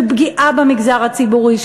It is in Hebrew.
של פגיעה במגזר הציבורי,